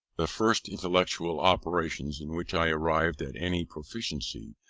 the first intellectual operation in which i arrived at any proficiency,